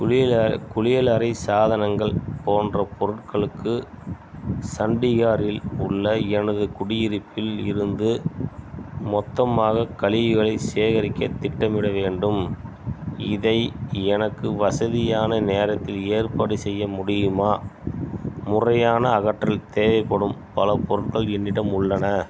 குளியல குளியலறை சாதனங்கள் போன்ற பொருட்களுக்கு சண்டிகாரில் உள்ள எனது குடியிருப்பில் இருந்து மொத்தமாக கலிவுகளை சேகரிக்க திட்டமிட வேண்டும் இதை எனக்கு வசதியான நேரத்தில் ஏற்பாடு செய்ய முடியுமா முறையான அகற்றல் தேவைப்படும் பல பொருட்கள் என்னிடம் உள்ளன